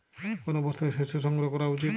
কোন অবস্থায় শস্য সংগ্রহ করা উচিৎ?